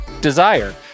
Desire